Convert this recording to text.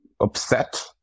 upset